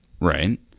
Right